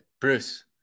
bruce